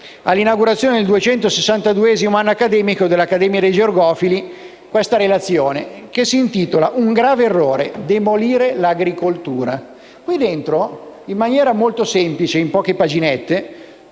all'inaugurazione del 262° anno accademico dell'Accademia dei Georgofili, la relazione che si intitola: «Un grave errore demolire l'agricoltura».